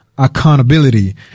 accountability